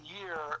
year